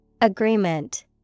Agreement